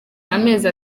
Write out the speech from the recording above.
amezi